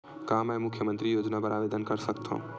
का मैं मुख्यमंतरी योजना बर आवेदन कर सकथव?